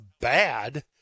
bad